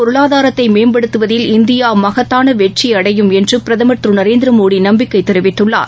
பொருளாதாரத்தைமேம்படுத்துவதில் கடல்சாா் இந்தியாமகத்தானவெற்றிஅடையும் என்றபிரதமர் திருநரேந்திரமோடிநம்பிக்கைதெரிவித்துள்ளார்